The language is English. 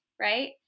right